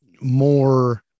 more